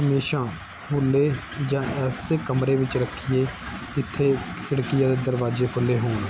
ਹਮੇਸ਼ਾ ਖੁੱਲ੍ਹੇ ਜਾਂ ਐਸੇ ਕਮਰੇ ਵਿੱਚ ਰੱਖੀਏ ਜਿੱਥੇ ਖਿੜਕੀਆਂ ਦੇ ਦਰਵਾਜੇ ਖੁੱਲ੍ਹੇ ਹੋਣ